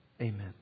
Amen